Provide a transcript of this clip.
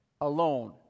alone